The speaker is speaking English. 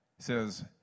says